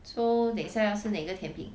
so 等一下要吃哪一个甜品